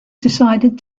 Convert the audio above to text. decided